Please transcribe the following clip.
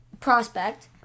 prospect